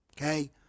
Okay